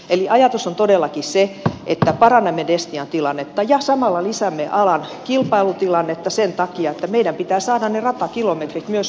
eli ajatus on todellakin se että parannamme destian tilannetta ja samalla lisäämme alan kilpailutilannetta sen takia että meidän pitää saada ne ratakilometrit myös mahdollisimman edullisesti